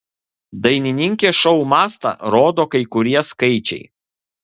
dainininkės šou mastą rodo kai kurie skaičiai